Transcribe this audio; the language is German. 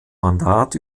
mandat